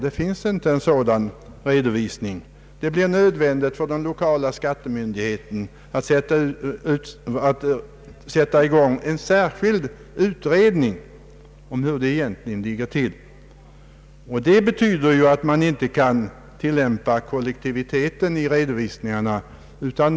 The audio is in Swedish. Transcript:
En sådan precisering i redovisningen sker inte, utan det blir nödvändigt för den lokala skattemyndigheten att i många fall göra en särskild utredning om hur det egentligen ligger till. Det betyder att man inte kan tillämpa det kollektiva redovisningssystemet.